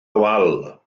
wal